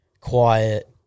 quiet